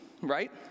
right